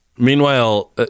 Meanwhile